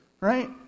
Right